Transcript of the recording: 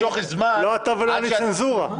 לא אתה ולא אני צנזורה.